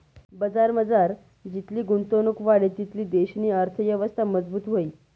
बजारमझार जितली गुंतवणुक वाढी तितली देशनी अर्थयवस्था मजबूत व्हयी